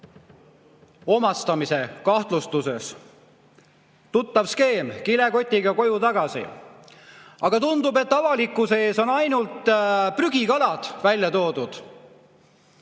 omastamise kahtlustuses. Tuttav skeem: kilekotiga koju tagasi. Aga tundub, et avalikkuse ees on ainult prügikalad välja toodud.